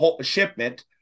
shipment